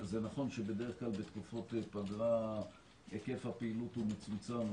זה נכון שבדרך כלל בתקופות פגרה היקף הפעילות הוא מצומצם,